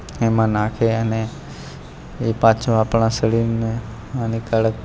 એમાં નાખે એને એ પાછું આપણા શરીરને હાનિકારક